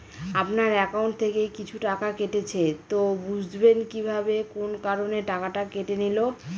আপনার একাউন্ট থেকে কিছু টাকা কেটেছে তো বুঝবেন কিভাবে কোন কারণে টাকাটা কেটে নিল?